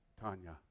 Tanya